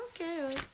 Okay